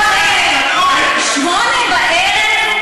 ב-20:00?